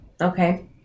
Okay